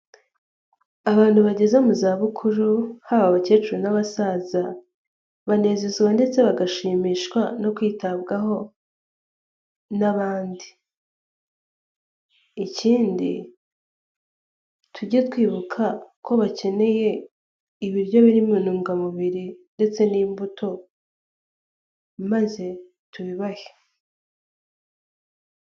Abantu bageze mu zabukuru haba abakecuru n'abasaza, banezezwa ndetse bagashimishwa no kwitabwaho n'abandi. Ikindi tujye twibuka ko bakeneye ibiryo birimo intungamubiri ndetse n'imbuto maze tubibahe.